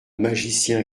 magicien